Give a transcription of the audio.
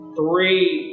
three